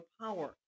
power